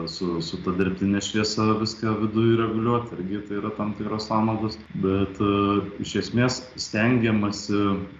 su su ta dirbtine šviesa viską viduj reguliuot irgi tai yra tam tikros sąnaudos bet iš esmės stengiamasi